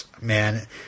man